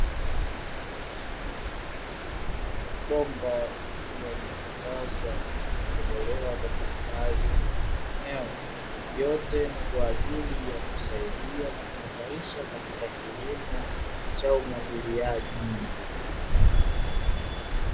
Bomba likiwa limetandazwa na kutobolewa katika baadhi ya maeneo, yote ni kwa ajili ya kusaidia na kunufaisha katika kilimo cha umwagiliaji.